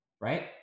right